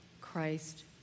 Christ